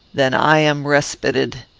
then i am respited.